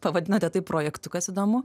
pavadinote tai projektu kas įdomu